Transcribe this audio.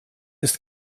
ist